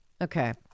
Okay